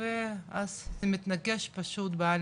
ואז זה מתנגש פשוט.